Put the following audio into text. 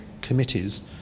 committees